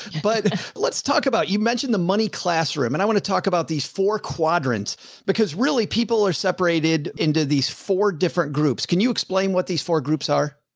but let's talk about, you mentioned the money classroom, and i want to talk about these four quadrants because really people are separated into these four different groups. can you explain what these four groups are?